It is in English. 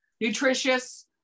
nutritious